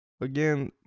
Again